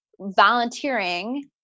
volunteering